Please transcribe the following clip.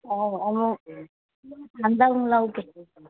ꯑꯣ ꯑꯣ ꯍꯟꯗꯛ ꯂꯧꯒꯦ